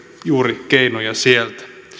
juuri keinoja sieltä